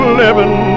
living